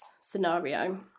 scenario